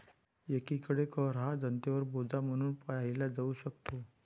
एकीकडे कर हा जनतेवर बोजा म्हणून पाहिला जाऊ शकतो